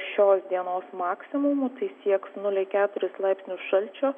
šios dienos maksimumu tai sieks nulį keturis laipsnius šalčio